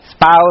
spouse